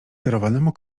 darowanemu